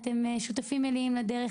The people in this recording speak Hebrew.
אתם שותפים מלאים לדרך,